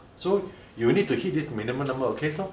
ah so you need to hit this minimum number of case lor